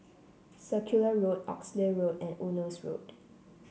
Circular Road Oxley Road and Eunos Road